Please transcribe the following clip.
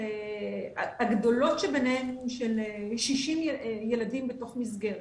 הגדולות שביניהן הן של 60 ילדים בתוך מסגרת.